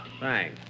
Thanks